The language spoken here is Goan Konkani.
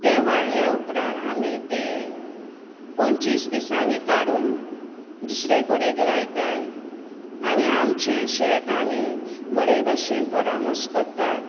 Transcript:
तें वाडले उपरांत आमी तें पोंचवीस दिसांनी काडून दुसरे कोडेक लायताय आनी आमचें शेत आमी बोरे भाशेन परामोस कोत्तात